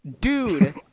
dude